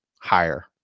higher